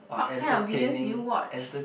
what kind of videos do you watch